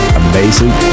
amazing